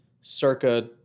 circa